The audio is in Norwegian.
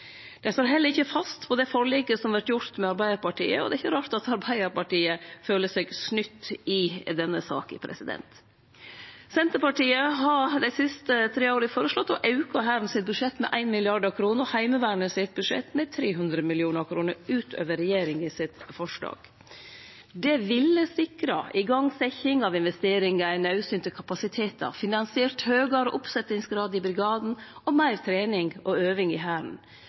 Dei står heller ikkje fast på det forliket som vart gjort med Arbeidarpartiet, og det er ikkje rart at Arbeidarpartiet føler seg snytt i denne saka. Senterpartiet har dei siste tre åra føreslått å auke budsjettet til Hæren med 1 mrd. kr og budsjettet til Heimevernet med 300 mill. kr utover forslaget frå regjeringa. Det ville sikra igangsetjing av investeringar i naudsynte kapasitetar, finansiert høgare oppsetjingsgrad i brigaden og meir trening og øving i Hæren.